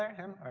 him?